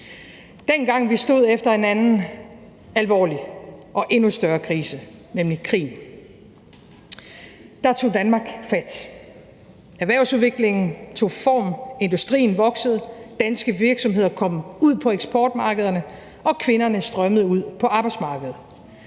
Dengang vi stod efter en anden alvorlig og endnu større krise, nemlig krigen, tog Danmark fat. Erhvervsudviklingen tog form, industrien voksede, danske virksomheder kom ud på eksportmarkederne, og kvinderne strømmede ud på arbejdsmarkedet.